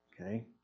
okay